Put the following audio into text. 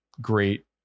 great